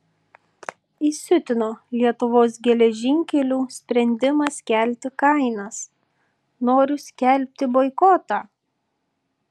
įsiutino lietuvos geležinkelių sprendimas kelti kainas noriu skelbti boikotą